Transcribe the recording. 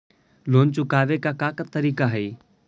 Loan चुकावे के का का तरीका हई?